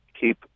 keep